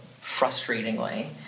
frustratingly